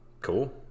cool